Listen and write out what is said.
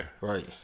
Right